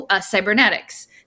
cybernetics